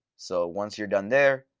so once you're done there,